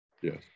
yes